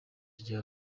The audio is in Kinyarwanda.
kigega